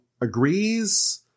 agrees